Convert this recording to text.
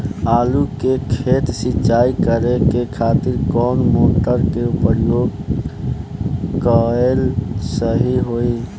आलू के खेत सिंचाई करे के खातिर कौन मोटर के प्रयोग कएल सही होई?